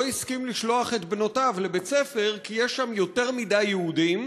לא הסכים לשלוח את בנותיו לבית-ספר כי יש שם יותר מדי יהודים,